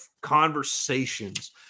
conversations